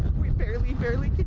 we barely, barely could